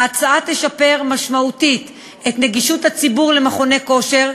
ההצעה תשפר משמעותית את נגישות הציבור למכוני כושר,